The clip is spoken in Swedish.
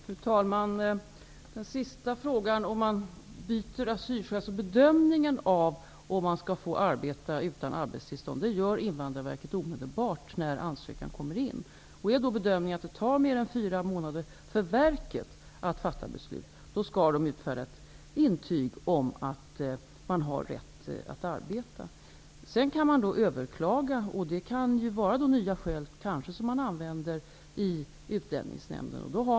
Fru talman! Jag vill först svara på den sist ställda frågan. Bedömningen av om man skall få arbeta utan arbetstillstånd gör Invandrarverket omedelbart efter det att ansökan har kommit in. Om bedömningen är att det kommer att ta mer än fyra månader för verket att fatta ett beslut skall ett intyg om att den sökande har rätt att arbeta utfärdas. Ett beslut kan överklagas till Utlänningsnämnden. Vid ett överklagande har man kanske nya skäl att anföra.